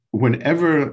whenever